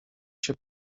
się